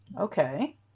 Okay